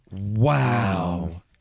Wow